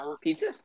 Pizza